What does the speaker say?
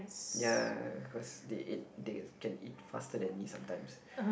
ya cause they eat they can eat faster than me sometimes